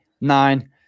Nine